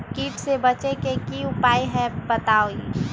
कीट से बचे के की उपाय हैं बताई?